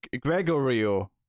Gregorio